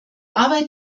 arbeit